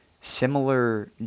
similar